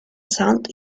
sound